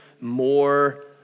more